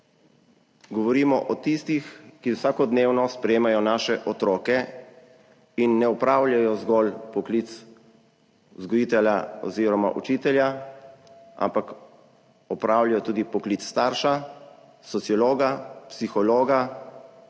govorimo o tistih, ki vsakodnevno sprejemajo naše otroke, in ne opravljajo zgolj poklic vzgojitelja oziroma učitelja, ampak opravljajo tudi poklic starša, sociologa, psihologa,